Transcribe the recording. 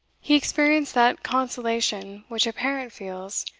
he experienced that consolation which a parent feels,